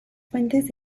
fuentes